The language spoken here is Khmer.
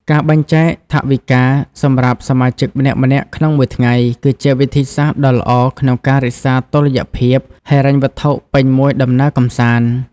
ការបែងចែកថវិកាសម្រាប់សមាជិកម្នាក់ៗក្នុងមួយថ្ងៃ គឺជាវិធីសាស្ត្រដ៏ល្អក្នុងការរក្សាតុល្យភាពហិរញ្ញវត្ថុពេញមួយដំណើរកម្សាន្ត។